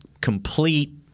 complete